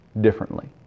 differently